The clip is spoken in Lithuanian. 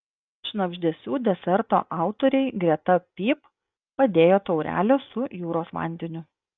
šnabždesių deserto autoriai greta pyp padėjo taurelę su jūros vandeniu